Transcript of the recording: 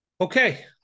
Okay